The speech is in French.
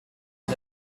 est